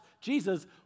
Jesus